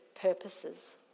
purposes